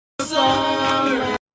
Sorry